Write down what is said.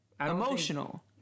Emotional